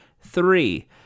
three